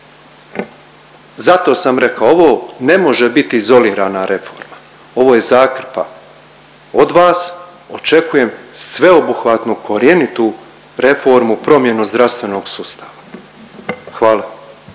Zato sam rekao ovo ne može biti izolirana reforma, ovo je zakrpa. Od vas očekujem sveobuhvatnu korjenitu reformu promjenu zdravstvenog sustava. Hvala.